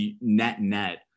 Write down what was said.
net-net